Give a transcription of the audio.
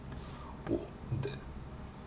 wo~ th~